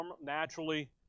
naturally